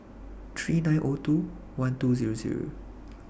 three nine two one two